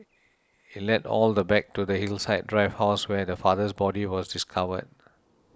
it led all the back to the Hillside Drive house where the father's body was discovered